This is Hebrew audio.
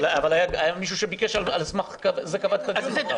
אבל היה מישהו שביקש ועל סמך זה קבעתי את הדיון.